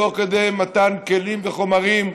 תוך מתן כלים וחומרים,